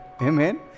Amen